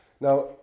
Now